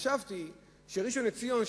חשבתי שראשון-לציון,